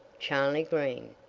charley green,